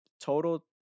Total